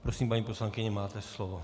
Prosím, paní poslankyně, máte slovo.